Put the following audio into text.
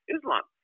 Islam